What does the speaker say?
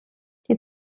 die